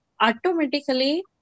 automatically